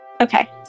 Okay